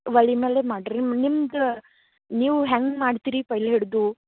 ವಲಿ ಮೇಲೇ ಮಾಡಿರಿ ನಿಮ್ಗೆ ನೀವು ಹ್ಯಾಂಗೆ ಮಾಡ್ತೀರಿ ಪೈಲೆ ಹಿಡಿದು